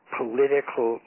political